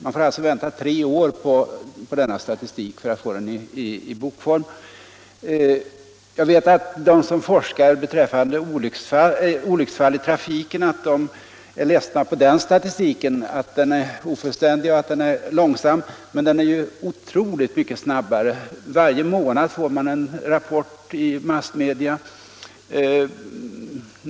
Man får alltså vänta tre år på denna statistik i bokform. Jag vet att de som forskar beträffande olycksfall i trafiken är ledsna för att den statistiken är ofullständig och kommer fram långsamt, men den kommer fram otroligt mycket snabbare än statistiken över olycksfall i arbete.